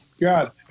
god